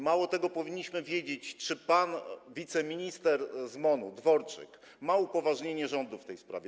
Mało tego, powinniśmy wiedzieć, czy pan wiceminister z MON, pan Dworczyk, ma upoważnienie rządu w tym zakresie.